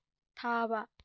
ꯊꯥꯕ